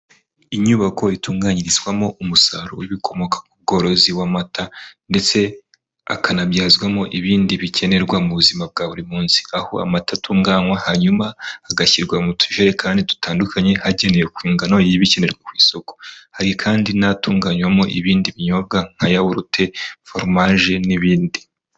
Inyubako itunganyirizwamo umusaruro w'ibikomoka ku bworozi w'amata ndetse akanabyazwamo ibindi bikenerwa mu buzima bwa buri munsi, aho amata atunganywa hanyuma agashyirwa mu tujerikane dutandukanye hagendewe ku ngano y'ibikenewe ku isoko. Hari kandi n'atunganywamo ibindi binyobwa, nka yawurute, foromaje n'ibindi.